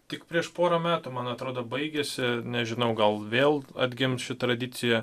tik prieš porą metų man atrodo baigėsi nežinau gal vėl atgims ši tradicija